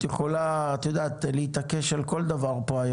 את יכולה להתעקש על כל דבר פה,